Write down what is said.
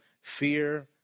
fear